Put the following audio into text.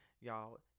Y'all